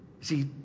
See